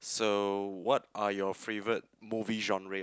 so what are your favourite movie genre